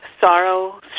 sorrow